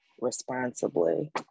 responsibly